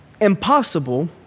impossible